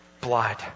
blood